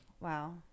Wow